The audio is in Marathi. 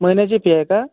महिन्याची फी आहे का